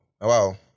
Wow